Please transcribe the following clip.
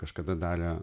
kažkada darė